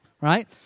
right